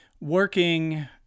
working